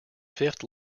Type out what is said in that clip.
fifth